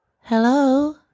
Hello